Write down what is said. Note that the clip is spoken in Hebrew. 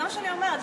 זה מה שאני אומרת.